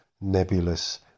nebulous